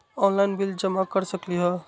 Online bill जमा कर सकती ह?